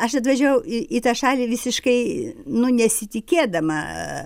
aš atvažiavau į į tą šalį visiškai nu nesitikėdama